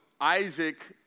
Isaac